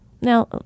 Now